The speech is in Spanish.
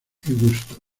gusto